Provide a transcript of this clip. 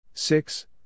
Six